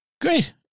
Great